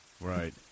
right